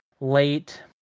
late